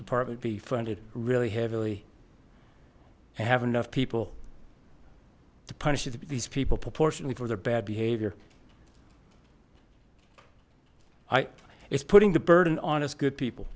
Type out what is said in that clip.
department be funded really heavily and have enough people to punish these people proportionately for their bad behavior i it's putting the burden on us good people